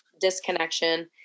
disconnection